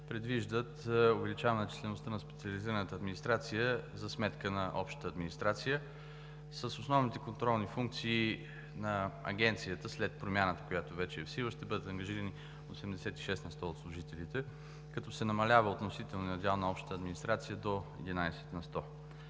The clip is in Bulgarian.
предвиждат увеличаване на числеността на специализираната администрация за сметка на общата администрация. С основните контролни функции на Агенцията след промяната, която вече е в сила, ще бъдат ангажирани 86% от служителите, като се намалява относителният дял на общата администрация до 11%.